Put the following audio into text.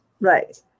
Right